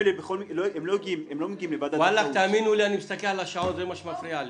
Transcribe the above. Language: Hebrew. אני מסתכל על השעון וזה מפריע לי.